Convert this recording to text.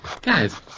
guys